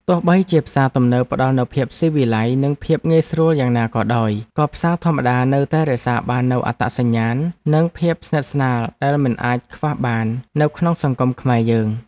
ទោះបីជាផ្សារទំនើបផ្ដល់នូវភាពស៊ីវិល័យនិងភាពងាយស្រួលយ៉ាងណាក៏ដោយ ក៏ផ្សារធម្មតានៅតែរក្សាបាននូវអត្តសញ្ញាណនិងភាពស្និទ្ធស្នាលដែលមិនអាចខ្វះបាននៅក្នុងសង្គមខ្មែរយើង។